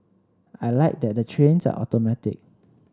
I like that the trains are automatic